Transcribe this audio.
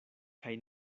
kaj